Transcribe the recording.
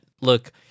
look